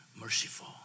merciful